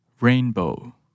Rainbow